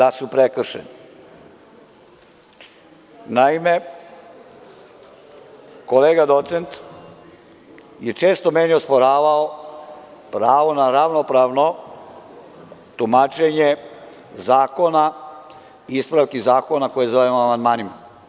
Naime, kolega docent je često meni osporavao pravo na ravnopravno tumačenje zakona i ispravki zakona koje zovemo amandmanima.